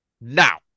Now